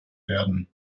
werden